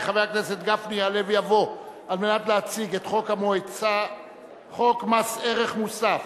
חבר הכנסת גפני יעלה ויבוא להציג את חוק מס ערך מוסף